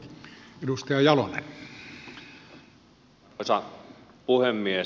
arvoisa puhemies